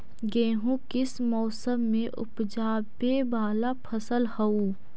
गेहूं किस मौसम में ऊपजावे वाला फसल हउ?